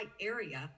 area